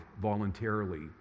voluntarily